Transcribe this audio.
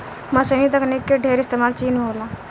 मशीनी तकनीक के ढेर इस्तेमाल चीन में होला